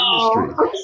industry